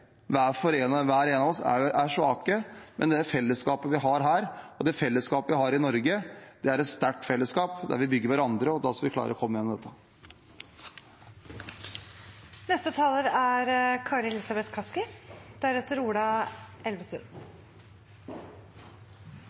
Hver for oss er vi svake, men det fellesskapet vi har her, og det fellesskapet vi har i Norge, er et sterkt fellesskap der vi bygger hverandre, og da skal vi klare å komme